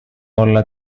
olla